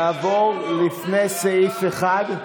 נעבור, לפני סעיף 1?